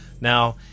Now